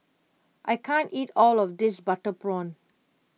I can't eat all of this Butter Prawn